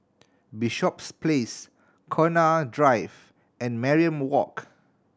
Bishops Place Connaught Drive and Mariam Walk